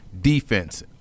defense